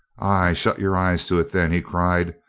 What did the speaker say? ay, shut your eyes to it, then, he cried.